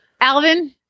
Alvin